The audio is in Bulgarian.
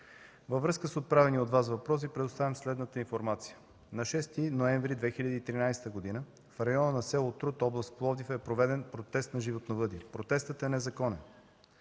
във връзка с отправения от Вас въпрос Ви предоставям следната информация. На 6 ноември 2013 г. в района на село Труд, област Пловдив, е проведен протест на животновъдите. Протестът е незаконен.